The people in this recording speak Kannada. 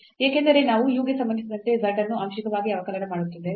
ಏಕೆಂದರೆ ನಾವು u ಗೆ ಸಂಬಂಧಿಸಿದಂತೆ z ಅನ್ನು ಆಂಶಿಕವಾಗಿ ಅವಕಲನ ಮಾಡುತ್ತಿದ್ದೇವೆ